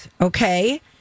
Okay